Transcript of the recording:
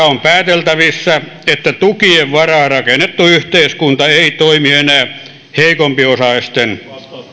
on pääteltävissä että tukien varaan rakennettu yhteiskunta ei toimi enää heikompiosaisten